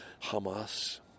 Hamas